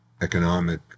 economic